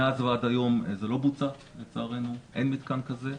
מאז ועד היום זה לא בוצע, לצערנו, אין מתקן כזה.